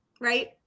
right